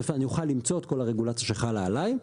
אני אוכל למצוא את כל הרגולציה שחלה עליי.